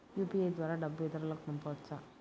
UPI ద్వారా డబ్బు ఇతరులకు పంపవచ్చ?